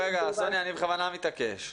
סוניה, אני בכוונה מתעקש.